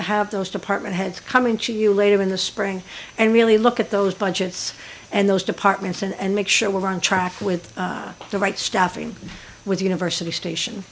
to have those department heads coming to you later in the spring and really look at those budgets and those departments and make sure we're on track with the right staffing with university station